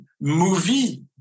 movie